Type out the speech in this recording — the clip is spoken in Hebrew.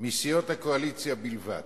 מסיעות הקואליציה בלבד.